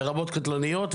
לרבות קטלניות.